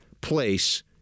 place